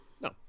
No